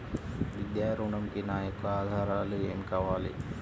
విద్యా ఋణంకి నా యొక్క ఆధారాలు ఏమి కావాలి?